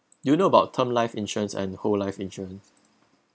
you know about term life insurance and whole life insurance